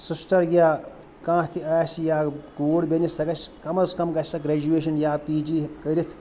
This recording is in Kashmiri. سِسٹَر یا کانٛہہ تہِ آسہِ یا کوٗر بیٚنہِ سۄ گژھِ کَم از کَم گژھِ سۄ گریجویشَن یا پی جی کٔرِتھ